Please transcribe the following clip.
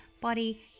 body